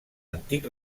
antic